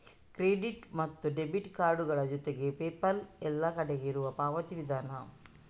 credit ಮತ್ತು debit ಕಾರ್ಡುಗಳ ಜೊತೆಗೆ ಪೇಪಾಲ್ ಎಲ್ಲ ಕಡೆ ಇರುವ ಪಾವತಿ ವಿಧಾನ